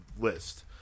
list